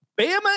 Bama